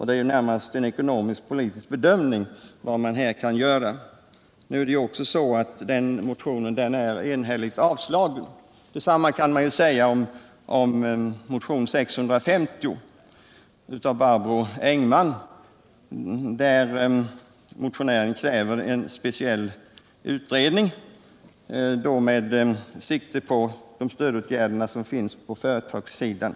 Det ir ju närmast en ekonomisk-politisk bedömning vad man kan och bör göra här. Denna motion har också enhälligt avstyrkts. Detsamma kan sägas om motionen 650 av Barbro Engman, där motionären kräver en speciell utredning med sikte på de stödåtgärder som finns på företagssidan.